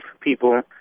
people